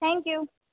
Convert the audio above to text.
thank you